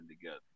together